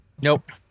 nope